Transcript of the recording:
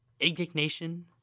indignation